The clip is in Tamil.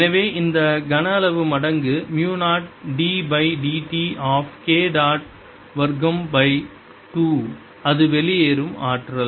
எனவே இந்த கன அளவு மடங்கு மு 0 d by d t of K dot வர்க்கம் பை 2 அது வெளியேறும் ஆற்றல்